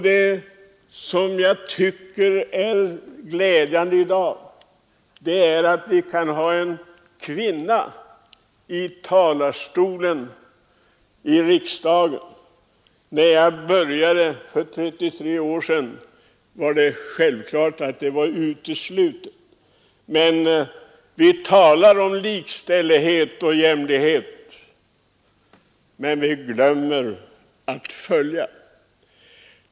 Det är glädjande att i dag kunna se en kvinna i riksdagens talmansstol. När jag började i riksdagen för 33 år sedan var det någonting helt uteslutet. Vi talar om likställighet och jämställdhet, men det är något som vi glömmer att följa.